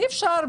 אי אפשר,